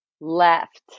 Left